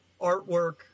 artwork